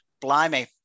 blimey